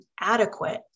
adequate